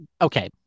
okay